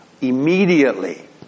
Immediately